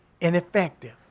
ineffective